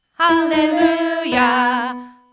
Hallelujah